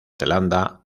zelanda